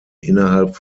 innerhalb